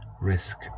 Risk